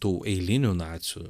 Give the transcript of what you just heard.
tų eilinių nacių